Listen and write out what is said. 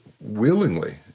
willingly